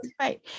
Right